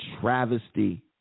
travesty